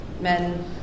men